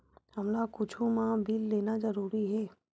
हमला कुछु मा बिल लेना जरूरी हे?